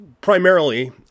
primarily